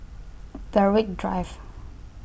Berwick Drive